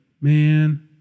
man